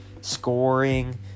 scoring